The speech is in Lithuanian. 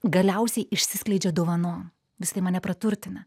galiausiai išsiskleidžia dovanom visa tai mane praturtina